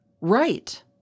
Right